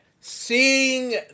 seeing